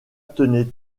tenait